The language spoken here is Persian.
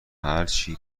هرچی